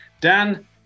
Dan